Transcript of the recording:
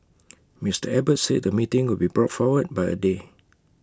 Mister Abbott said the meeting would be brought forward by A day